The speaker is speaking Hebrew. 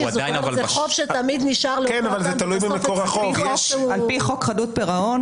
זאת אומרת שזה חוב שתמיד נשאר לאותו אדם --- על פי חוק חדלות פירעון,